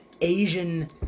asian